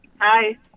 Hi